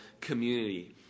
community